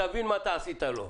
תבין מה עשית לו.